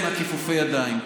מכיפופי הידיים.